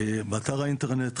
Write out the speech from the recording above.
אבל המשטרה אומרת שזה לא נכון.